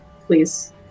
please